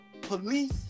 police